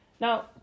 Now